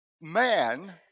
man